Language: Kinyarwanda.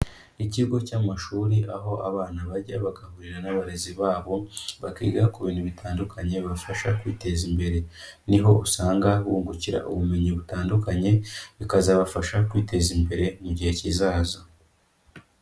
Ikigo cy'amashuri aho abana bajya bagahurira n'abarezi babo bakiga ku bintu bitandukanye, bibafasha kwiteza imbere, niho usanga bungukira ubumenyi butandukanye bikazabafasha kwiteza imbere mu gihe kizaza.